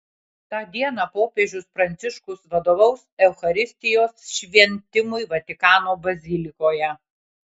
tą dieną popiežius pranciškus vadovaus eucharistijos šventimui vatikano bazilikoje